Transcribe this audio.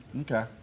Okay